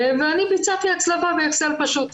ואני ביצעתי הצלבה באקסל פשוט.